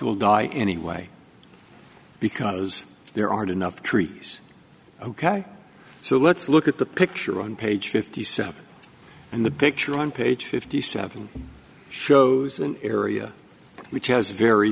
will die anyway because there aren't enough trees ok so let's look at the picture on page fifty seven and the picture on page fifty seven shows an area which has very